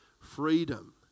freedom